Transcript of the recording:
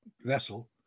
vessel